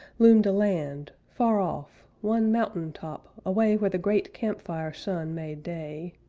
loomed a land, far-off, one mountain-top, away where the great camp-fire sun made day